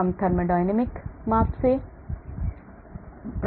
हम थर्मोडायनामिक माप से प्राप्त कर सकते हैं